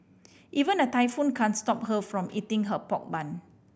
even a typhoon can't stop her from eating her pork bun